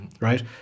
right